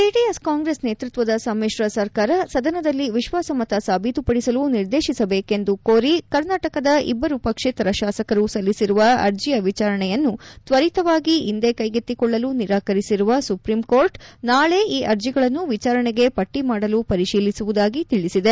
JDS Congress ನೇತೃತ್ವದ ಸಮಿತ್ರ ಸರ್ಕಾರ ಸದನದಲ್ಲಿ ವಿಶ್ವಾಸಮತ ಸಾಬೀತುಪಡಿಸಲು ನಿರ್ದೇಶಿಸಬೇಕೆಂದು ಕೋರಿ ಕರ್ನಾಟಕದ ಇಬ್ಲರು ಪಕ್ಷೇತರ ಶಾಸಕರು ಸಲ್ಲಿಸಿರುವ ಅರ್ಜಿಯ ವಿಚಾರಣೆಯನ್ನು ತ್ವರಿತವಾಗಿ ಇಂದೇ ಕ್ಷೆಗೆತ್ತಿಕೊಳ್ಳಲು ನಿರಾಕರಿಸಿರುವ ಸುಪ್ರೀಂ ಕೋರ್ಟ್ ನಾಳೆ ಈ ಅರ್ಜಗಳನ್ನು ವಿಚಾರಣೆಗೆ ಪಟ್ಟಿ ಮಾಡಲು ಪರಿಶೀಲಿಸುವುದಾಗಿ ತಿಳಿಸಿದೆ